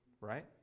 Right